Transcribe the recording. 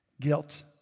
Guilt